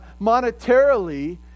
monetarily